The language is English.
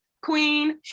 Queen